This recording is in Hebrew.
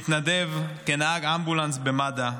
מתנדב כנהג אמבולנס במד"א,